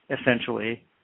essentially